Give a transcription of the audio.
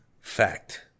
fact